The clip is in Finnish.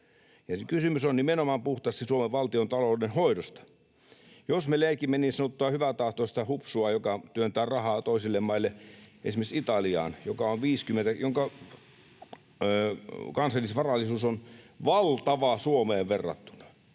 Kysymys on nimenomaan puhtaasti Suomen valtiontalouden hoidosta. Jos me leikimme niin sanottua hyväntahtoista hupsua, joka työntää rahaa toisille maille, esimerkiksi Italiaan, jonka kansallisvarallisuus on valtava Suomeen verrattuna